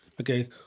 Okay